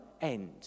end